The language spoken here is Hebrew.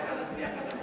לכל אזרחיה,